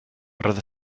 roedd